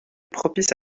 propice